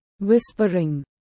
Whispering